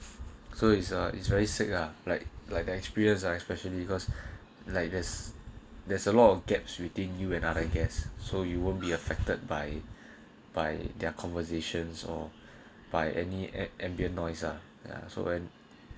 so it's a it's very sick lah like like the experience lah especially you cause like there's there's a lot of gaps shooting you another guess so you won't be affected by by their conversations or by any a~ ambient noise lah ya so when